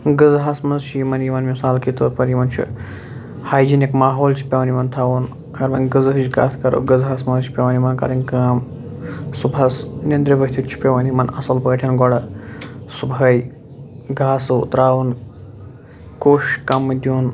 غذاہس منٛز چھُ یِمن یِوان مثال کے طور پر یِمن چھُ ہایجیٖنِک ماحول چھُ پیٚوان تھاوُن اگر وۄنۍ غذاہٕچ کتھ کرو غذاہس منٛز چھُ پیٚوان یِمن کرٕنۍ کٲم صبحس نندرِ ؤتھتھ چھُ پیٚوان یِمن اصل پٲٹھۍ گۄڈٕ صُبحٲے گاسہٕ ترٛاوُن کوٚش کوٚم دِیُن